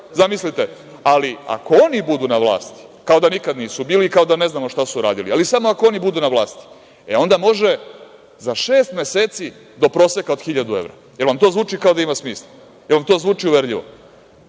zamislite ali ako oni budu na vlasti, kao da nikada nisu bili, kao da ne znamo šta su radili, ali samo ako oni budu na vlasti, e onda može za šest meseci do proseka od 1000 evra. Da li vam to zvuči kao da ima smisla? Da li to zvuči uverljivo?